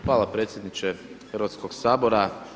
Hvala predsjedniče Hrvatskog sabora.